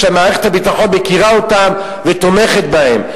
שמערכת הביטחון מכירה אותם ותומכת בהם.